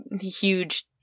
huge